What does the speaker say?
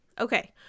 okay